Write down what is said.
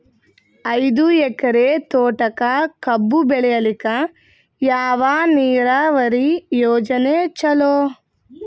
ಐದು ಎಕರೆ ತೋಟಕ ಕಬ್ಬು ಬೆಳೆಯಲಿಕ ಯಾವ ನೀರಾವರಿ ಯೋಜನೆ ಚಲೋ?